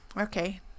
Okay